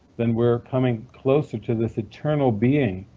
then we're coming closer to this eternal being,